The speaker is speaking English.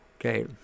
Okay